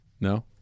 No